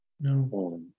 No